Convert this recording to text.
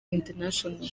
international